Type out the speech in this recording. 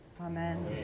Amen